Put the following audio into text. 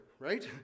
right